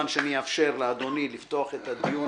אאפשר כמובן לאדוני לפתוח את הדיון.